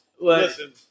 Listen